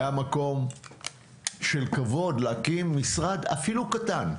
היה מקום של כבוד, להקים משרד, אפילו קטן,